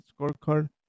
scorecard